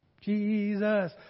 Jesus